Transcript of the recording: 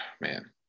man